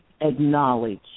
acknowledge